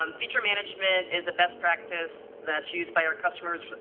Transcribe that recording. um feature management is a best practice that's used by our customers,